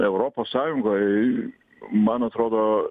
europos sąjungoj man atrodo